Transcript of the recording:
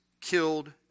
killed